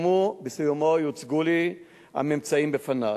שבסיומו יוצגו הממצאים בפני.